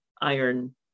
iron